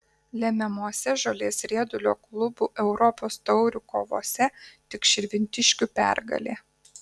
lemiamose žolės riedulio klubų europos taurių kovose tik širvintiškių pergalė